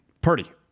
Purdy